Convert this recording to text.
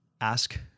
ask